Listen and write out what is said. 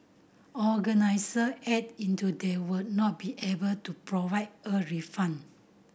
organiser added that they would not be able to provide a refund